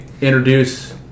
introduce